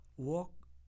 walk